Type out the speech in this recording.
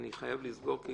אני חייב לסגור כי